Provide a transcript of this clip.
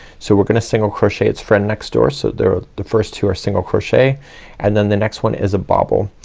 so we're gonna single crochet its friend next door. so there the first two are single crochet and then the next one is a bobble.